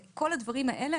כל הדברים האלה,